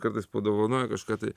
kartais padovanoja kažką tai